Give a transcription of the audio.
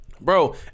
Bro